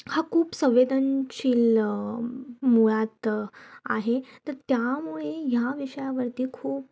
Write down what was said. हा खूप संवेदनशील मुळात आहे तर त्यामुळे ह्या विषयावरती खूप